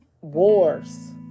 wars